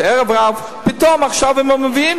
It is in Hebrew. שהערב-רב פתאום עכשיו הם מביאים,